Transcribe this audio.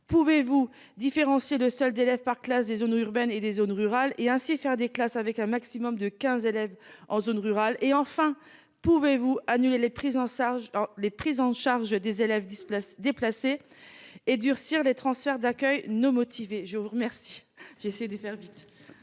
Pouvez-vous différencier de seul d'élèves par classe, des zones urbaines et des zones rurales et ainsi faire des classes avec un maximum de 15 élèves en zone rurale et enfin pouvez-vous annulé les prises en charge les prises en charge des élèves 10 places déplacer et durcir les transferts d'accueil nos motivée je vous remercie. J'ai essayé de faire vite.